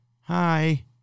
Hi